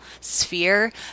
sphere